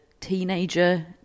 teenager